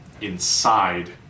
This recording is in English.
inside